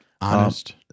honest